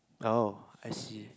oh I see